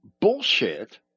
bullshit